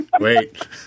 Wait